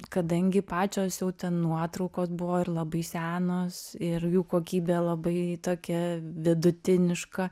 kadangi pačios jau ten nuotraukos buvo ir labai senos ir jų kokybė labai tokia vidutiniška